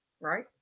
Right